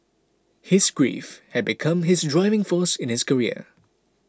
his grief had become his driving force in his career